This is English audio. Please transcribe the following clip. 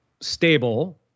stable